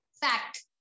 Fact